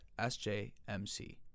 sjmc